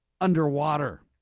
underwater